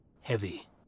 Heavy